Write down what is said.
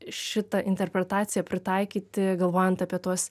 šitą interpretaciją pritaikyti galvojant apie tuos